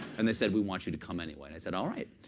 and they said, we want you to come anyway. and i said, all right.